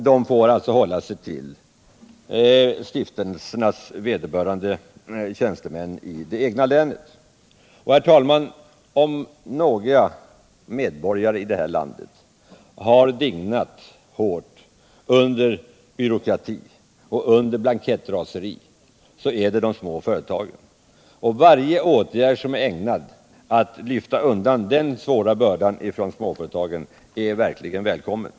De får i fortsättningen endast hålla sig till stiftelsernas vederbörande tjänstemän i det egna länet. Och, herr talman, om några medborgare i det här landet har dignat under byråkrati och under blankettryck är det de små företagen. Varje åtgärd som är ägnad att lyfta undan den tunga bördan från småföretagen är verkligen välkommen.